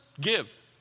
give